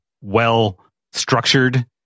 well-structured